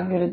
ಆಗಿರುತ್ತದೆ